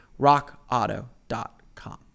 rockauto.com